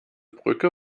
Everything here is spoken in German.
brücke